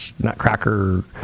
nutcracker